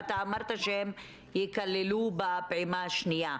ואתה אמרת שהם ייכללו בפעימה השנייה,